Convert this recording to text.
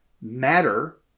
matter